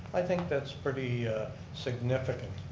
i think that's pretty significant.